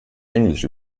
englisch